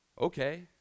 Okay